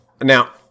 now